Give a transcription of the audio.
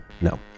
No